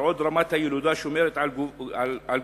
בעוד רמת הילודה שומרת על גובהה,